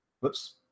whoops